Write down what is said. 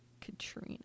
Katrina